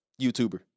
YouTuber